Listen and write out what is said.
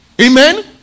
Amen